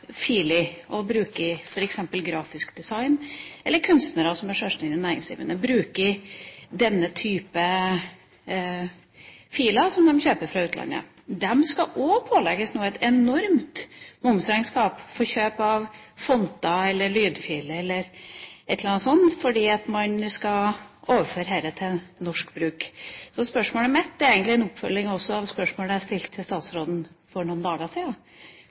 fra utlandet. Også de skal nå pålegges et enormt momsregnskap for kjøp av fonter, lydfiler eller andre ting, fordi man skal overføre dette til norsk bruk. Spørsmålet mitt er egentlig også en oppfølging av spørsmålet jeg stilte til statsråden for noen dager